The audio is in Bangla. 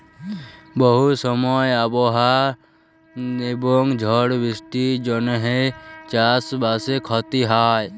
বহু সময় আবহাওয়া এবং ঝড় বৃষ্টির জনহে চাস বাসে ক্ষতি হয়